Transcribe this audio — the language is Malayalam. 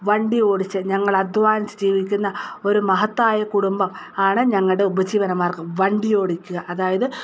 വണ്ടി ഓടിച്ച് ഞങ്ങൾ അധ്വാനിച്ച് ജീവിക്കുന്ന ഒരു മഹത്തായ കുടുംബം ആണ് ഞങ്ങളുടെ ഉപജീവന മാർഗ്ഗം വണ്ടിയോടിക്കുക അതായത്